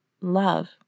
love